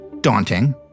daunting